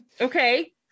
Okay